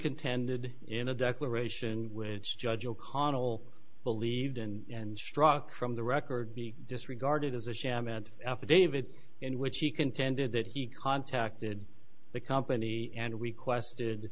contended in a declaration which judge o'connell believed and struck from the record be disregarded as a sham and affidavit in which he contended that he contacted the company and we quested